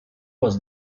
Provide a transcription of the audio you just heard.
was